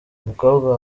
umukobwa